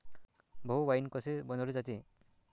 भाऊ, वाइन कसे बनवले जाते?